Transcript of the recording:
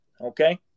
Okay